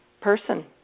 person